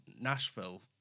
Nashville